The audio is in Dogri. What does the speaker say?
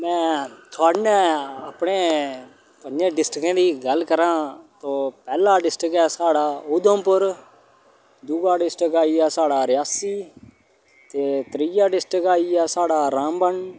में थोआढ़े ने अपने पंजें डिस्ट्रिकटें दी गल्ल करां तो पैह्ला डिस्ट्रिक्ट ऐ साढ़ा उधमपुर दूआ डिस्ट्रिक्ट आई गेआ साढ़ा रियासी ते त्रीआ डिस्ट्रिक्ट आई गेआ साढ़ा रामबन